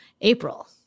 April